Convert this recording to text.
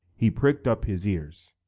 he pricked up his ears,